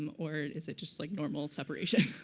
um or is it just like normal separation?